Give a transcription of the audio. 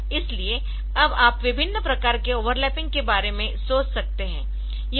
इसलिए अब आप विभिन्न प्रकार के ओवरलैपिंग के बारे में सोच सकते है